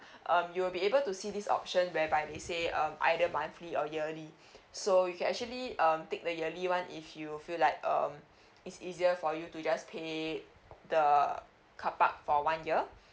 um you will be able to see these options whereby they say um either monthly or yearly so you can actually um take the yearly one if you feel like um it's easier for you to just pay the car park for one year